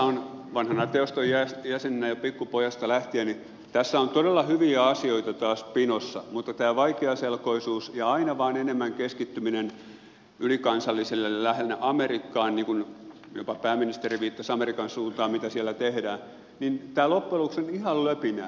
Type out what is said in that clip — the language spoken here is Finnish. puhun vanhana teoston jäsenenä jo pikkupojasta lähtien ja tässä on todella hyviä asioita taas pinossa mutta kun tämä on vaikeaselkoista ja aina vain enemmän keskitytään ylikansalliselle tasolle lähinnä amerikkaan niin kuin jopa pääministeri viittasi amerikan suuntaan mitä siellä tehdään niin tämä loppujen lopuksi on ihan löpinää